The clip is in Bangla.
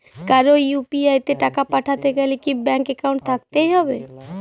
কারো ইউ.পি.আই তে টাকা পাঠাতে গেলে কি ব্যাংক একাউন্ট থাকতেই হবে?